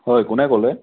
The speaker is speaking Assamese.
হয় কোনে ক'লে